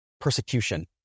persecution